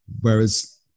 whereas